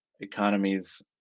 economies